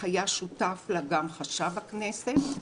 היה שותף לה גם חשב הכנסת.